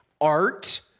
art